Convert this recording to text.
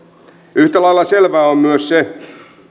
yhtä lailla selvää on myös se